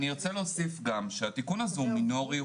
אני רוצה להוסיף גם שהתיקון הזה הוא מינורי,